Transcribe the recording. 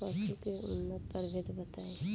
पशु के उन्नत प्रभेद बताई?